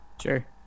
sure